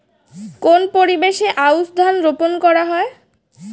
কোন পরিবেশে আউশ ধান রোপন করা হয়?